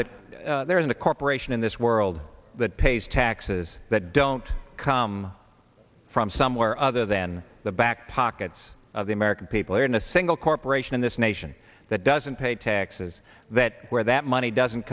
that there is a corporation in this world that pays taxes that don't come from somewhere other than the back pockets of the american people or in a single corporation in this nation that doesn't pay taxes that where that money doesn't